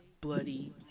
Bloody